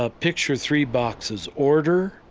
ah picture three boxes order,